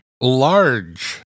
Large